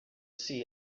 see